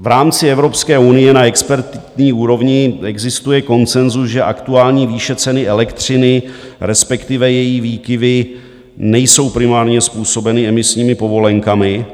V rámci Evropské unie na expertní úrovni existuje konsenzus, že aktuální výše ceny elektřiny, respektive její výkyvy, nejsou primárně způsobeny emisními povolenkami.